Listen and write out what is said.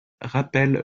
rappelle